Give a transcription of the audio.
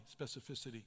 specificity